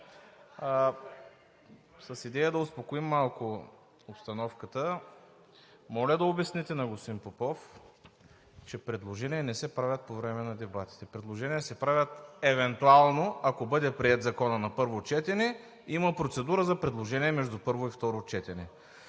С идея да успокоим малко обстановката моля да обясните на господин Попов, че предложения не се правят по време на дебатите. Предложения се правят евентуално ако бъде приет законът на първо четене, има процедура за предложения между първо и второ четене.